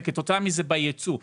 וכתוצאה מכך בייצוא.